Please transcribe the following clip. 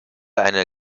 eine